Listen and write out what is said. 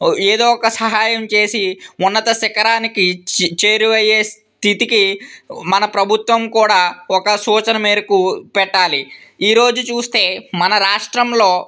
ఏదో ఒక సహాయం చేసి ఉన్నత శిఖరానికి చేరువు అయ్యే స్థితికి మన ప్రభుత్వం కూడా ఒక సూచన మేరకు పెట్టాలి ఈ రోజు చూస్తే మన రాష్ట్రంలో